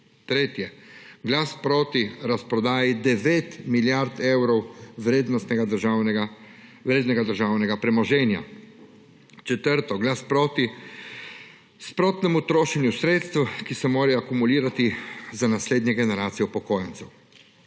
tretje, glas proti razprodaji 9 milijard evrov vrednega državnega premoženja, in četrto, glas proti sprotnemu trošenju sredstev, ki se morajo akumulirati za naslednje generacije upokojencev.